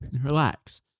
Relax